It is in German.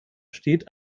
steht